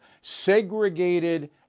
segregated